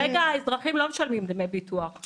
כרגע כל מתחסן לא משלם דמי ביטוח,